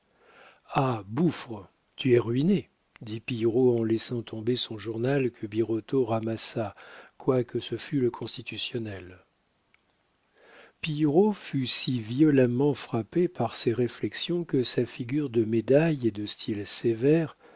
bouffre tu es ruiné dit pillerault en laissant tomber son journal que birotteau ramassa quoique ce fût le constitutionnel pillerault fut si violemment frappé par ses réflexions que sa figure de médaille et de style sévère